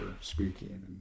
speaking